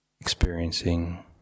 experiencing